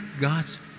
God's